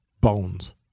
bones